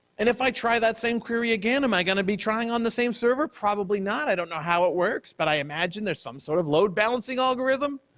and if i try that same query again, am i going to be trying on the same server? probably not. i don't know how it works but i imagine there's some sort of load balancing algorithm.